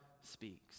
speaks